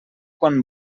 quan